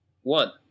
one